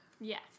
Yes